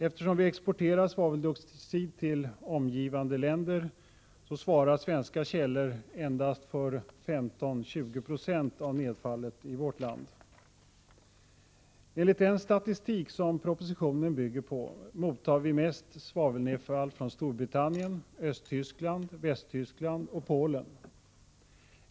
Eftersom vi exporterar svaveldioxid till omgivande länder, svarar svenska källor endast för 15-20 90 av nedfallet i vårt land. Enligt den statistik som propositionen bygger på mottar vi mest svavelnedfall från Storbritannien, Östtyskland, Västtyskland och Polen.